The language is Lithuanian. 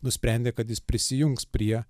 nusprendė kad jis prisijungs prie